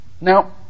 Now